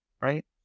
right